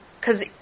cause